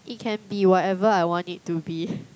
it can be whatever I want it to be